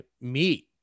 meat